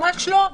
ממש לא.